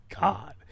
God